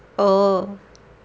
oh